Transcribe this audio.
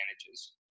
advantages